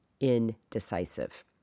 indecisive